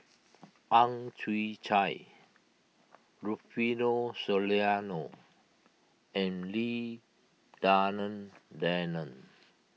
Ang Chwee Chai Rufino Soliano and Lim Denan Denon